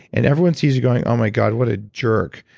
and everyone sees you going, oh my god, what a jerk.